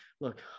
look